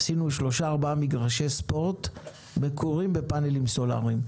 עשינו שלושה-ארבעה מגרשי ספורט מקורים בפאנלים סולאריים.